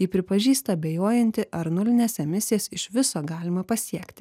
ji pripažįsta abejojanti ar nulines emisijas iš viso galima pasiekti